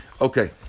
Okay